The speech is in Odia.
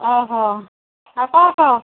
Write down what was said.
ଅହ କ'ଣ କହ